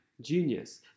genius